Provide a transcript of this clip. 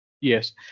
Yes